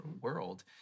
world